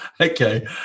okay